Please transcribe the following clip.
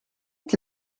que